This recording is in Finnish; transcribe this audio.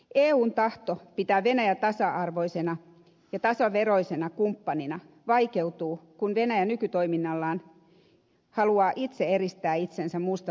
eun tahto pitää venäjä tasa arvoisena ja tasaveroisena kumppanina vaikeutuu kun venäjä nykytoiminnallaan haluaa itse eristää itsensä muusta maailmasta